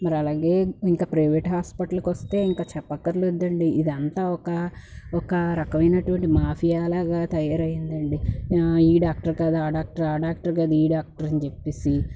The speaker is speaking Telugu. మరి అలాగే ఇంకా ప్రైవేట్ హాస్పిటల్కు వస్తే ఇంకా చెప్పక్కర్లేదండి ఇదంతా ఒక ఒక రకమైనటువంటి మాఫియాలాగా తయ్యారయిందండి ఈ డాక్టర్ కాదు ఆ డాక్టర్ ఆ డాక్టర్ కాదు ఈ డాక్టర్ అని చెప్పేసి